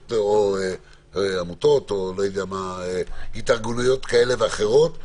עמותות או התארגנויות כאלה ואחרות,